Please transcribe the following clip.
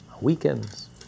weekends